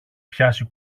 πιάσει